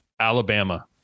Alabama